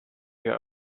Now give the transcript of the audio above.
your